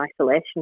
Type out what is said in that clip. isolation